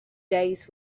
days